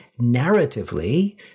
narratively